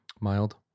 Mild